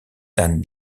dan